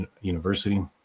University